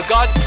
God